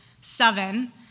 seven